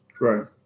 right